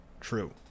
true